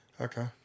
Okay